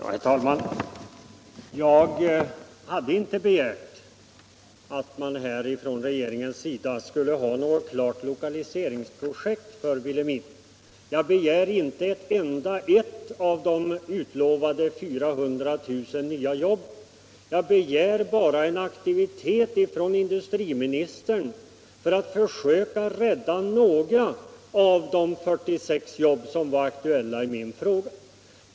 Herr talman! Jag hade inte begärt att man här från regeringens sida skulle ha något klart lokaliseringsprojekt för Vilhelmina. Jag begär inte ett enda av de utlovade 400 000 nya jobben, jag begär bara en aktivitet från industriministern för att försöka rädda några av de 46 jobb som var aktuella i min fråga.